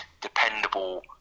dependable